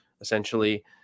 essentially